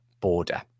border